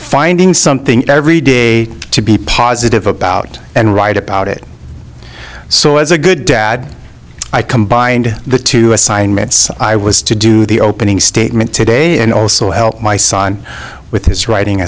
finding something every day to be positive about and write about it so as a good dad i combined the two assignments i was to do the opening statement today and also help my son with his writing